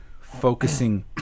focusing